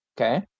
okay